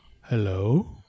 hello